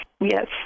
Yes